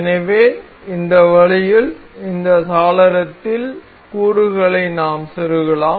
எனவே இந்த வழியில் இந்த சாளரத்தில் கூறுகளை நாம் செருகலாம்